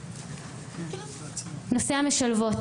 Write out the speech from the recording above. נושא המשלבות